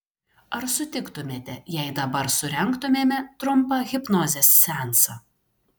ar sutiktumėte jei dabar surengtumėme trumpą hipnozės seansą